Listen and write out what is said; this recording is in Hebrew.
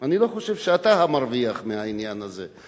אני לא חושב שאתה המרוויח מהעניין הזה.